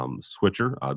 switcher